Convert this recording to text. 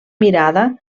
mirada